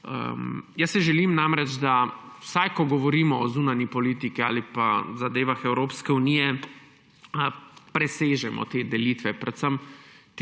Želim si, da vsaj ko govorimo o zunanji politiki ali pa zadevah Evropske unije, presežemo te delitve,